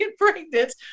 pregnant